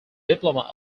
diploma